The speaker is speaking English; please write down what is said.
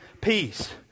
peace